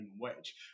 wage